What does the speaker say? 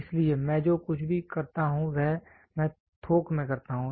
इसलिए मैं जो कुछ भी करता हूं वह मैं थोक में करता हूं